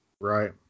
right